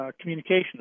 communication